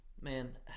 man